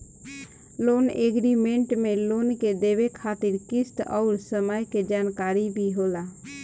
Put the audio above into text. loan agreement में loan के देवे खातिर किस्त अउर समय के जानकारी भी होला